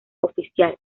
oficial